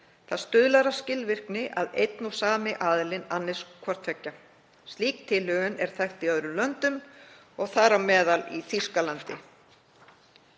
Það stuðlar að skilvirkni að einn og sami aðilinn annist hvort tveggja. Slík tilhögun er þekkt í öðrum löndum og þar á meðal í Þýskalandi.